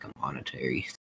monetary